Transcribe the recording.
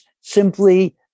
simply